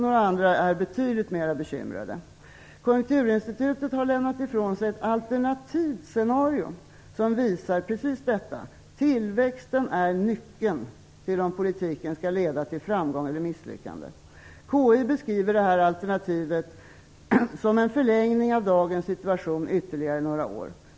Några andra är betydligt mer bekymrade. Konjunkturinstitutet har lämnat ifrån sig ett alternativt scenario, som visar precis detta. Tillväxten är nyckeln till om politiken skall leda till framgång eller misslyckande. KI beskriver detta alternativ som en förlängning av dagens situation ytterligare några år.